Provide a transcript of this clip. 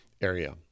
area